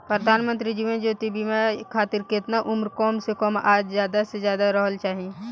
प्रधानमंत्री जीवन ज्योती बीमा योजना खातिर केतना उम्र कम से कम आ ज्यादा से ज्यादा रहल चाहि?